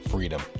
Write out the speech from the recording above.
Freedom